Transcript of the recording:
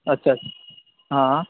अच्छा हँ